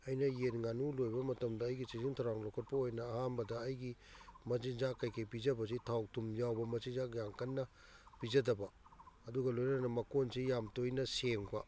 ꯑꯩꯅ ꯌꯦꯟ ꯉꯥꯅꯨ ꯂꯣꯏꯕ ꯃꯇꯝꯗ ꯑꯩꯒꯤ ꯆꯦꯛꯁꯤꯟ ꯊꯧꯔꯥꯡ ꯂꯧꯈꯠꯄ ꯑꯣꯏꯅ ꯑꯍꯥꯟꯕꯗ ꯑꯩꯒꯤ ꯃꯆꯤꯟꯖꯥꯛ ꯀꯩꯀꯩ ꯄꯤꯖꯕꯁꯤ ꯊꯥꯎ ꯊꯨꯝ ꯌꯥꯎꯕ ꯃꯆꯤꯟꯖꯥꯛ ꯌꯥꯝ ꯀꯟꯅ ꯄꯤꯖꯗꯕ ꯑꯗꯨꯒ ꯂꯣꯏꯅꯅ ꯃꯀꯣꯟꯁꯤ ꯌꯥꯝ ꯇꯣꯏꯅ ꯁꯦꯡꯕ